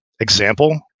example